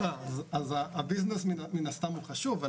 אז הביזנס מן הסתם הוא חשוב.